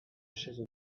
chaises